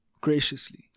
graciously